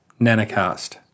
Nanocast